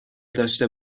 داشته